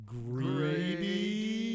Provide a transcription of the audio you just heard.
greedy